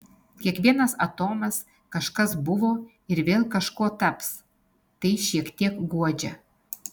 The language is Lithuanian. kiekvienas atomas kažkas buvo ir vėl kažkuo taps tai šiek tiek guodžia